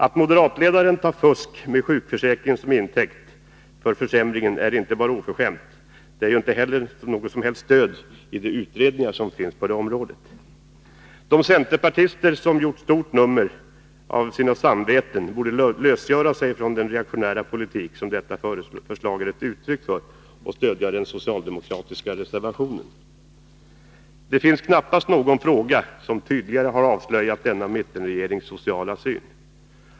Att moderatledaren tar fusk med sjukförsäkringen till intäkt för försämringen är inte bara oförskämt — hans påstående har dessutom inte något som helst stöd i de utredningar som har gjorts på det här området. De centerpartister som gjort stort nummer av sina samveten borde lösgöra sig från den reaktionära politik som detta förslag är ett uttryck för och stödja den socialdemokratiska reservationen. Det finns knappast någon fråga som tydligare än denna har avslöjat mittenregeringens sociala syn.